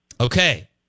Okay